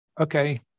okay